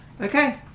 Okay